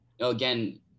again